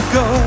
go